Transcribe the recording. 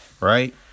Right